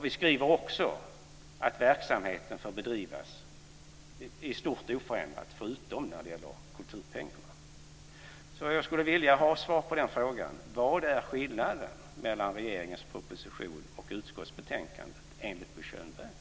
Vi skriver också att verksamheten får bedrivas i stort sett oförändrat utom när det gäller kulturpengarna. Jag skulle alltså vilja ha svar på den frågan: Vad är skillnaden mellan regeringens proposition och utskottsbetänkandet enligt Bo Könberg?